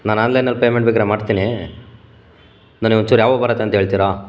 ನಾನು ಆನ್ಲೈನಲ್ಲಿ ಪೇಮೆಂಟ್ ಬೇಕಾದ್ರೆ ಮಾಡ್ತೀನಿ ನನಗೆ ಒಂಚೂರು ಯಾವಾಗ ಬರುತ್ತೆ ಅಂತ ಹೇಳ್ತೀರಾ